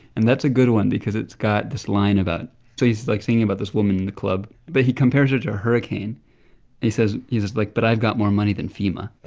and that's a good one because it's got this line about so he's, like, singing about this woman in the club, but he compares her to a hurricane. and he says he's just, like, but i've got more money than fema